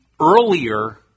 earlier